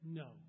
no